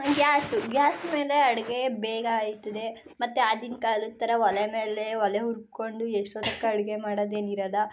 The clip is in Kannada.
ಗ್ಯಾಸು ಗ್ಯಾಸ್ ಮೇಲೆ ಅಡುಗೆ ಬೇಗ ಆಗ್ತದೆ ಮತ್ತು ಆಗಿನ ಕಾಲದ ಥರ ಒಲೆ ಮೇಲೆ ಒಲೆ ಉರ್ಕೊಂಡು ಎಷ್ಟೋತ್ತಂಕ ಅಡುಗೆ ಮಾಡದೇನಿರದು